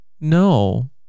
No